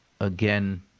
again